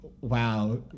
Wow